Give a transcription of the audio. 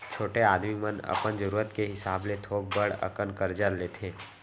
छोटे आदमी मन अपन जरूरत के हिसाब ले थोक बड़ अकन करजा लेथें